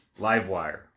Livewire